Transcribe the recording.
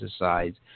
pesticides